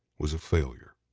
was a failure.